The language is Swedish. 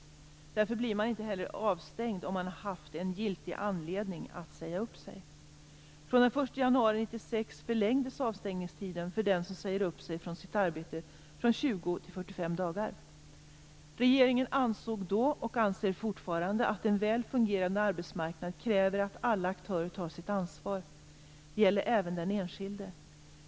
Därför blir man inte heller avstängd om man haft en giltig anledning att säga upp sig. till 45 dagar. Regeringen ansåg då, och anser fortfarande, att en väl fungerande arbetsmarknad kräver att alla aktörer tar sitt ansvar. Det gäller även den enskilde.